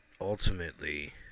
Ultimately